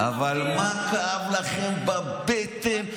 אבל מה כאב לכם בבטן?